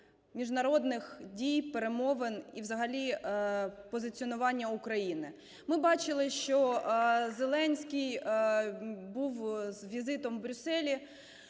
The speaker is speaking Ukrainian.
міжнародних дій, перемовин і взагалі позиціонування України. Ми бачили, що Зеленський був з візитом в Брюсселі.